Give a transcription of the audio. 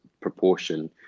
proportion